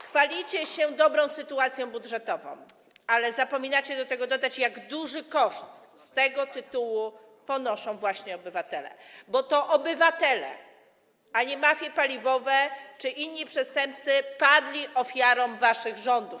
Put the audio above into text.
Chwalicie się dobrą sytuacją budżetową, ale zapominacie dodać, jak duży koszt z tego tytułu ponoszą właśnie obywatele, bo to obywatele, a nie mafie paliwowe czy inni przestępcy, padli ofiarą waszych rządów.